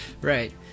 Right